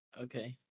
Okay